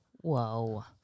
Whoa